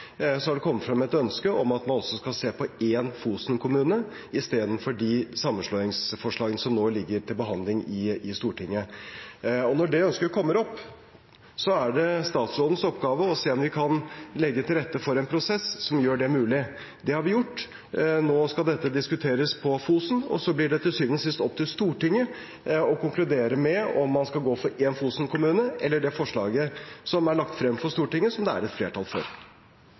om at man også skal se på én Fosen-kommune i stedet for de sammenslåingsforslagene som nå ligger til behandling i Stortinget. Og når det ønsket kommer opp, er det statsrådens oppgave å se om vi kan legge til rette for en prosess som gjør det mulig. Det har vi gjort. Nå skal dette diskuteres på Fosen, og så blir det til syvende og sist opp til Stortinget å konkludere med om man skal gå for én Fosen-kommune eller for det forslaget som er lagt frem for Stortinget, som det er et flertall for.